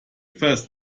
fest